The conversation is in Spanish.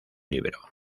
libro